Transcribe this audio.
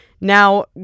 Now